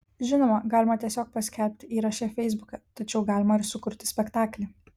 žinoma galima tiesiog paskelbti įrašą feisbuke tačiau galima ir sukurti spektaklį